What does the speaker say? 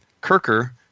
Kirker